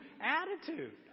attitude